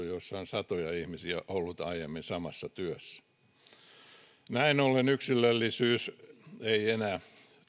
joissa on aiemmin ollut satoja ihmisiä samassa työssä on pääasiassa automatisoitu näin ollen yksilöllisyys ei enää